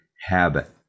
habit